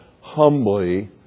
humbly